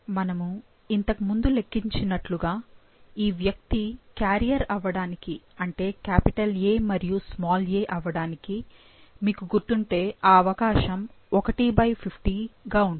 మనము ఇంతకు ముందు లెక్కించినట్లుగా ఈ వ్యక్తి క్యారియర్ అవ్వడానికి అంటే A " మరియు "a" అవ్వడానికి మీకు గుర్తుంటే ఆ అవకాశం 150 గా ఉంటుంది